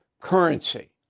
currency